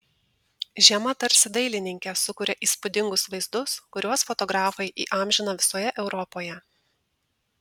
žiema tarsi dailininke sukuria įspūdingus vaizdus kuriuos fotografai įamžina visoje europoje